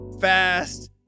fast